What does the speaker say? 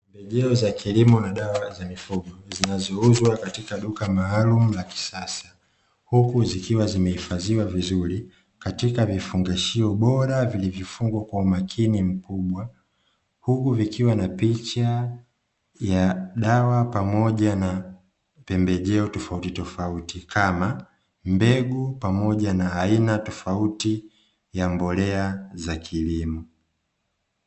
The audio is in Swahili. Pembejeo za kilimo na dawa za mifugo zinazouzwa katika duka maalumu la kisasa, huku zikiwa zimehifadhiwa vizuri katika vifungashio bora vilivyofungwa kwa umakini mkubwa. Huku vikiwa na picha ya dawa pamoja na pembejeo tofautitofauti, kama mbegu pamoja na aina tofauti ya mbolea za kilimo.